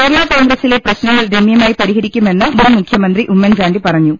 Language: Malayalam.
കേരള കോൺഗ്രസിലെ പ്രശ്നങ്ങൾ രമൃമായി പരിഹരിക്കു മെന്ന് മുൻമുഖ്യമന്ത്രി ഉമ്മൻചാണ്ടി പറഞ്ഞു